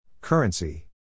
Currency